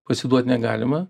pasiduot negalima